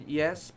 yes